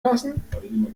lassen